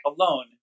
alone